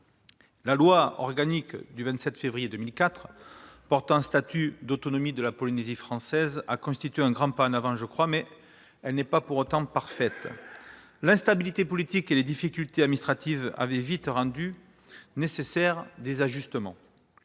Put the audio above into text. La loi organique du 27 février 2004 portant statut d'autonomie de la Polynésie française a constitué un grand pas en avant, mais elle n'est pas pour autant parfaite : l'instabilité politique et les difficultés administratives ont vite rendu des ajustements